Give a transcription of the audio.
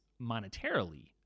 monetarily